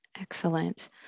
Excellent